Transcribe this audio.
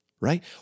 right